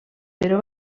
però